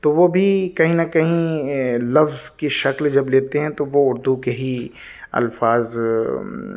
تو وہ بھی کہیں نہ کہیں لفظ کی شکل جب لیتے ہیں تو وہ اردو کے ہی الفاظ